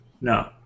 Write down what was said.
No